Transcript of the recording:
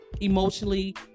emotionally